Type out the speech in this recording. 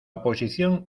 oposición